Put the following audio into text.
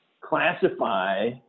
classify